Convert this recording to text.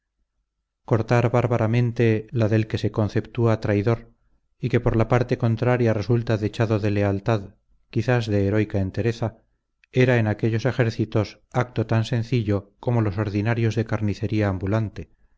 cortar bárbaramente la del que se conceptúa traidor y que por la parte contraria resulta dechado de lealtad quizás de heroica entereza era en aquellos ejércitos acto tan sencillo como los ordinarios de carnicería ambulante